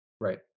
Right